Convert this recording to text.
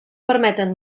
permeten